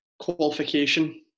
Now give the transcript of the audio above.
qualification